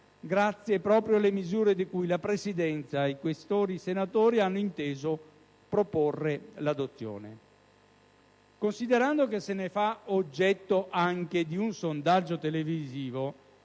grazie proprio alle misure di cui la Presidenza e i senatori Questori hanno inteso proporre l'adozione. Considerando che se ne fa anche oggetto di un sondaggio televisivo,